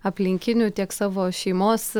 aplinkinių tiek savo šeimos